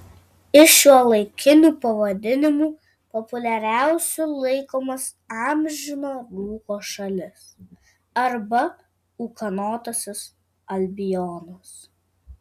iš šiuolaikinių pavadinimų populiariausiu laikomas amžino rūko šalis arba ūkanotasis albionas